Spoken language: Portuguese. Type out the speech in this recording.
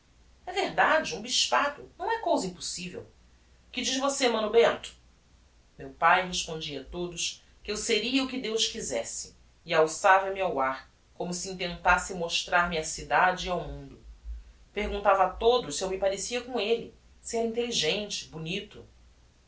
é verdade um bispado não é cousa impossivel que diz você mano bento meu pae respondia a todos que eu seria o que deus quizesse e alçava me ao ar como se intentasse mostrar-me á cidade e ao mundo perguntava a todos se eu me parecia com elle se era intelligente bonito